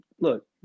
look